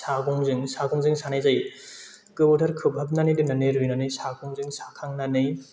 सागंजों सागंजों सानाय जायो गोबावथार खोबहाबनानै दोननानै रुइनानै सागंजों साखांनानै